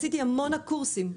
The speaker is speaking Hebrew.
עשיתי המון קורסים,